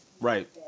Right